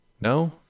No